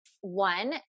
one